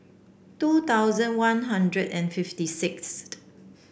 two thousand One Hundred and fifty sixth